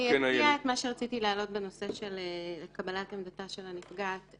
אני אציע את מה שרציתי להעלות בנושא של קבלת עמדתה של הנפגעת.